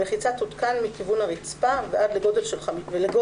המחיצה תותקן מכיוון הרצפה ועד לגובה